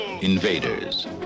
invaders